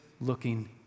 looking